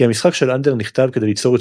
כי המשחק של אנדר נכתב כדי ליצור את